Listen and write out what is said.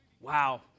Wow